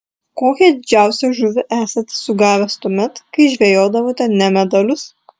kokią didžiausią žuvį esate sugavęs tuomet kai žvejodavote ne medalius